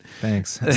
Thanks